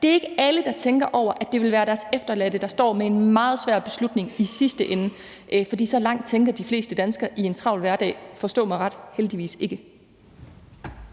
Det er ikke alle, der tænker over, at det vil være deres efterladte, der står med en meget svær beslutning i sidste ende, for så langt tænker de fleste danskere i en travl hverdag – forstå mig ret – heldigvis ikke.